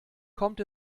kommt